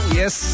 yes